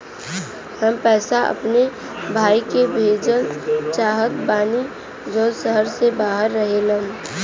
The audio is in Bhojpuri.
हम पैसा अपने भाई के भेजल चाहत बानी जौन शहर से बाहर रहेलन